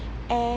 and